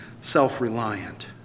self-reliant